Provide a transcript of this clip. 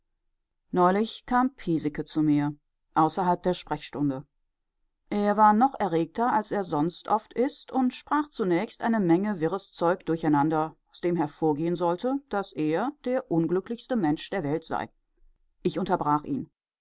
neulich kam piesecke zu mir außerhalb der sprechstunde er war noch erregter als er sonst oft ist und sprach zunächst eine menge wirres zeug durcheinander aus dem hervorgehen sollte daß er der unglücklichste mensch der welt sei ich unterbrach ihn